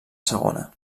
segona